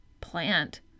plant